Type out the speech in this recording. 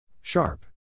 Sharp